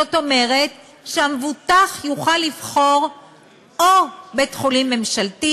זאת אומרת שהמבוטח יוכל לבחור או בית-חולים ממשלתי